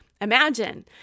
imagine